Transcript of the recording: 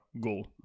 goal